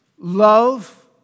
love